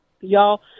y'all